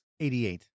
88